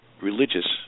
religious